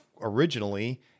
originally